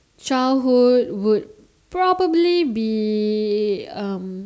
childhood would probably be um